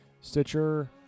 Stitcher